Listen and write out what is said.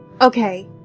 Okay